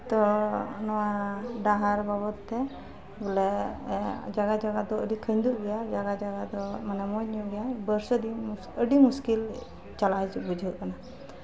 ᱛᱳ ᱱᱚᱣᱟ ᱰᱟᱦᱟᱨ ᱵᱟᱵᱚᱫᱛᱮ ᱵᱚᱞᱮ ᱡᱟᱭᱜᱟ ᱡᱟᱭᱜᱟ ᱫᱚ ᱟᱹᱰᱤ ᱠᱷᱟᱹᱧᱡᱩᱜ ᱜᱮᱭᱟ ᱡᱟᱭᱜᱟ ᱡᱟᱭᱜᱟ ᱫᱚ ᱢᱟᱱᱮ ᱢᱚᱡᱽ ᱧᱚᱜ ᱜᱮᱭᱟ ᱵᱚᱨᱥᱟ ᱫᱤᱱ ᱟᱹᱰᱤ ᱢᱩᱥᱠᱤᱞ ᱪᱟᱞᱟᱜ ᱦᱤᱡᱩᱜ ᱵᱩᱡᱷᱟᱹᱜ ᱠᱟᱱᱟ